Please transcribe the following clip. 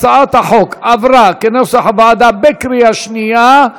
הצעת החוק עברה כנוסח הוועדה בקריאה שנייה.